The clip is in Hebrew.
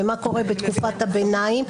ומה קורה בתקופת הביניים,